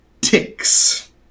ticks